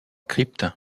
crypte